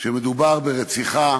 כשמדובר ברציחה